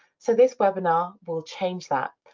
so this webinar will change that.